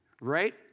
right